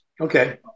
Okay